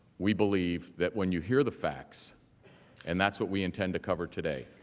we believe that when you hear the facts and that's what we intend to cover today,